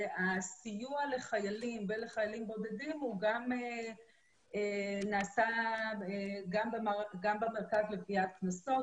הסיוע לחיילים ולחיילים בודדים נעשה גם במרכז לגביית קנסות